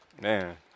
Man